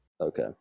Okay